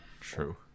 True